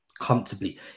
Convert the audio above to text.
comfortably